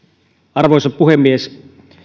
arvoisa puhemies